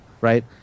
right